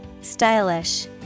Stylish